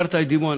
הזכרת את דימונה,